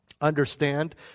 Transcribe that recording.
Understand